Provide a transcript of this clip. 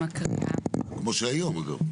כמו שהיום או לא?